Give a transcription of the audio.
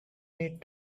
need